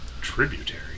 Tributary